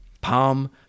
palm